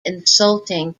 insulting